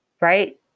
right